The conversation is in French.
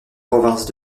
province